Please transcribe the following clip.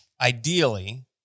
ideally